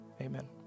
amen